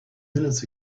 minutes